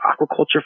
aquaculture